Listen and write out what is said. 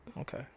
Okay